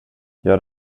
jag